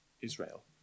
Israel